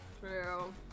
True